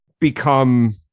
become